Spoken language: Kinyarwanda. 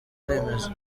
remezo